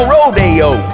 Rodeo